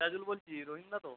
সিরাজুল বলছি রহিমদা তো